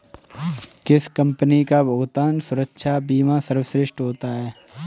किस कंपनी का भुगतान सुरक्षा बीमा सर्वश्रेष्ठ होता है?